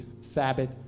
Sabbath